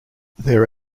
there